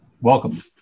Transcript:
Welcome